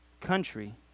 country